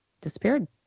disappeared